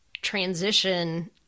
transition